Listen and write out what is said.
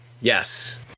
Yes